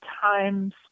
times